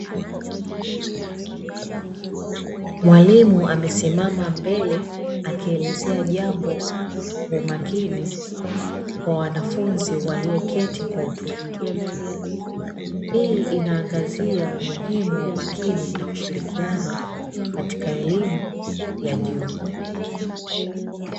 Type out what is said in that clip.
Mwalimu amesimama mbele, akielezea jambo kwa umakini kwa wanafunzi walioketi kwa utulivu. Hii inaangazia umuhimu wa umakini na ushirikiano katika elimu ya juu.